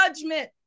judgment